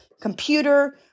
computer